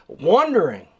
wondering